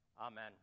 Amen